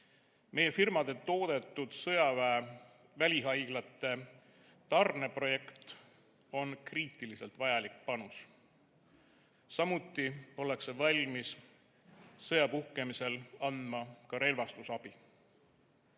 Meie firmade toodetud sõjaväe välihaiglate tarneprojekt on kriitiliselt vajalik panus. Samuti ollakse valmis sõja puhkemisel andma ka relvastusabi.